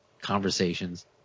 conversations